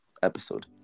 Episode